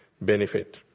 benefit